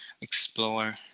explore